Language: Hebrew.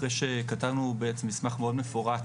אחרי שכתבנו מסמך מאוד מפורט